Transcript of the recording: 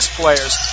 players